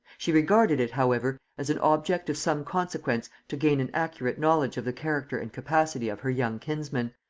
she regarded it however as an object of some consequence to gain an accurate knowledge of the character and capacity of her young kinsman,